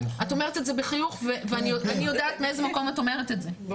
את אומרת את זה בחיוך ואני יודעת מאיזה מקום את אומרת את זה,